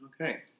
Okay